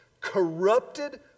corrupted